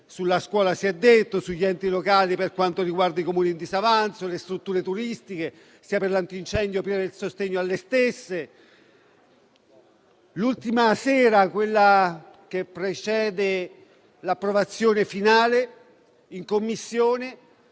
della scuola si è detto, così come degli enti locali, per quanto riguarda i Comuni in disavanzo, e delle strutture turistiche, sia per l'antincendio, sia per il sostegno alle stesse. L'ultima sera, quella che precede l'approvazione finale, in Commissione